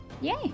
Yay